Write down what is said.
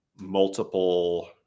multiple